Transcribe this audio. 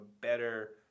better